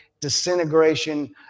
disintegration